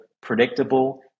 predictable